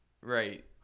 Right